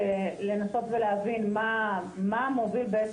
חשבנו ועשינו מחקר לנסות ולהבין מה מוביל את